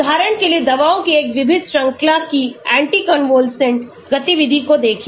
उदाहरण के लिए दवाओं की एक विविध श्रृंखला की anticonvulsant गतिविधि को देखें